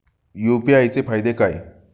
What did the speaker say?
UPI चे फायदे काय?